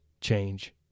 change